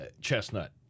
Chestnut